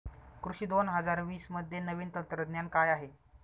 कृषी दोन हजार वीसमध्ये नवीन तंत्रज्ञान काय आहे?